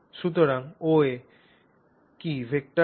সুতরাং OA কি vector হয়